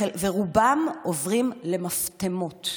רובם עוברים למפטמות.